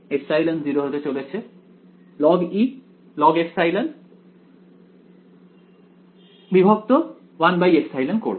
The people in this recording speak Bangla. তাই আমি logε1ε করব